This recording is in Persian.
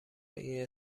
این